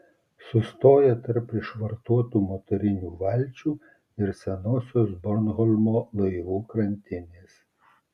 sustoja tarp prišvartuotų motorinių valčių ir senosios bornholmo laivų krantinės